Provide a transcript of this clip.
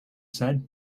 said